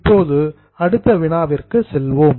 இப்போது அடுத்த வினாவிற்கு செல்வோம்